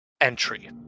entry